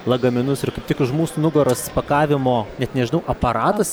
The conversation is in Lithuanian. lagaminus ir kaip tik už mūsų nugaros pakavimo net nežinau aparatas